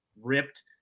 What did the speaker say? ripped